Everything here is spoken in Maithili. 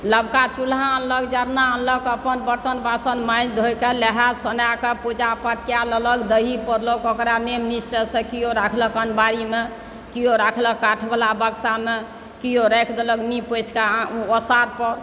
नवका चूल्हा अनलक जरना अनलक अपन बर्तन बासन माँजि धोइ कऽ नहाए सुनाए कऽ पूजा पाठ कए लेलक दही पौरलक ओकरा नियम निष्ठासँ किओ राखलक अलमारीमे किओ राखलक काठवला बक्सामे किओ राखि देलक नीप पोछि कऽ ओसारापर